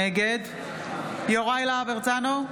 נגד יוראי להב הרצנו,